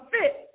fit